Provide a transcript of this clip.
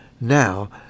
now